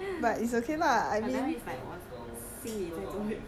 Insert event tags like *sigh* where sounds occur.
no mine is more arch leh *noise*